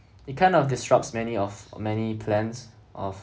it kind of disrupts many of many plans of